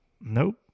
Nope